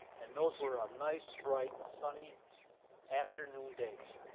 and those were a nice bright sunny afternoon days.